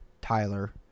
Tyler